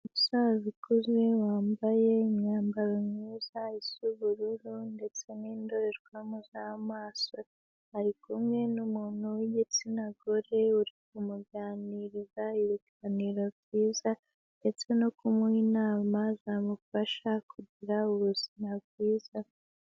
Umusaza ukuze wambaye imyambaro myiza isa ubururu ndetse n'indorerwamo z'amaso. Ari kumwe n'umuntu w'igitsina gore uri kumuganiriza ibiganiro byiza ndetse no kumuha inama zamufasha kugira ubuzima bwiza.